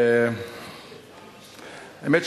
האמת,